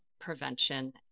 prevention